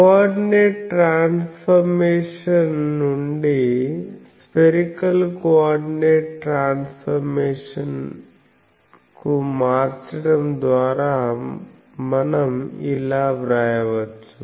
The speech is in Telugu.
కోఆర్డినేట్ ట్రాన్స్ఫర్మేషన్ నుండి స్పెరికల్ కోఆర్డినేట్ ట్రాన్స్ఫర్మేషన్ మార్చడం ద్వారా మనం ఇలా వ్రాయవచ్చు